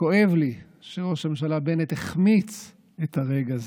וכואב לי שראש הממשלה בנט החמיץ את הרגע הזה.